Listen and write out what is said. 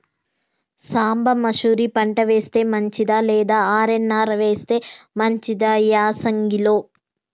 సాంబ మషూరి పంట వేస్తే మంచిదా లేదా ఆర్.ఎన్.ఆర్ వేస్తే మంచిదా యాసంగి లో?